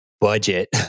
budget